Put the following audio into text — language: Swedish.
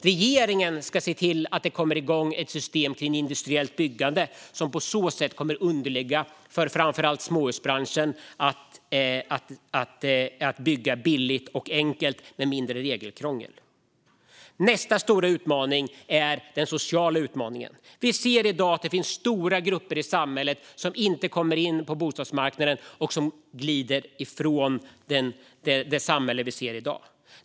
Regeringen ska se till att det kommer igång ett system till industriellt byggande som på så sätt kommer att underlätta för framför allt småhusbranschen att bygga billigt och enkelt med mindre regelkrångel. Nästa stora utmaning är den sociala utmaningen. Vi ser i dag att det finns stora grupper i samhället som inte kommer in på bostadsmarknaden och som glider ifrån det samhälle vi ser i dag.